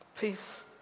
peace